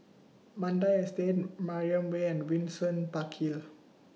Mandai Estate Mariam Way and Windsor Park Hill